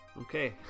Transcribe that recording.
Okay